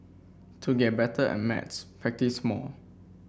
to get better at maths practise more